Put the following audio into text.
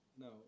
no